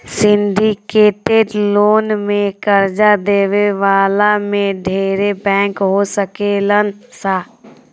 syndicated loan में कर्जा देवे वाला में ढेरे बैंक हो सकेलन सा